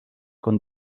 con